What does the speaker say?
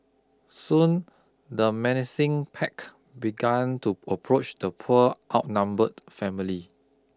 soon the menacing pack begun to approach the poor outnumbered family